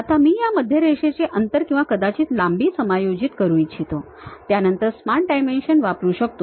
आता मी ह्या मध्य रेषेचे अंतर किंवा कदाचित लांबी समायोजित करू इच्छितो त्या नंतर स्मार्ट डायमेन्शन वापरू शकतो